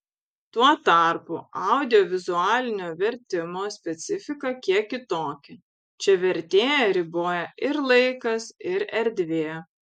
tuo tarpu audiovizualinio vertimo specifika kiek kitokia čia vertėją riboja ir laikas ir erdvė